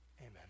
amen